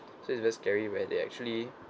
so it's very scary where they actually